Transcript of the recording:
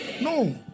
No